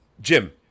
jim